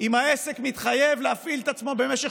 אם העסק מתחייב להפעיל את עצמו במשך